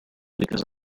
because